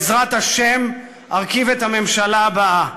בעזרת השם, ארכיב את הממשלה הבאה.